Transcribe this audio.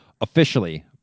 Officially